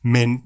Men